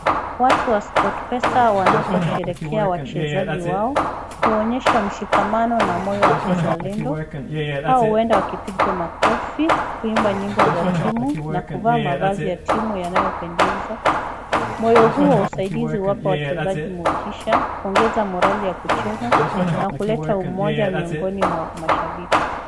Watu wa Sport Pesa wanaoposheherekea wachezaji wao huonyesha mshikamano na moyo wa kizalendo au uenda wakipiga makofi kuimba nyimbo za timu na kuvaa mavazi ya timu yanayopendeza. Moyo huu wa usaidizi uwapa wachezaji motisha, kuongeza morali ya kucheza na kuleta umoja miongoni mwa mashabiki.